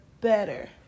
better